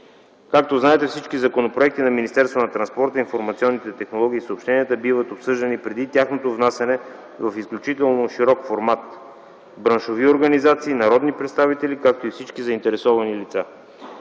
информационните технологии и съобщенията биват обсъждани преди тяхното внасяне в изключително широк формат – браншови организации, народни представители, както и всички заинтересовани лица.